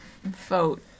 vote